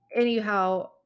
anyhow